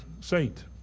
saint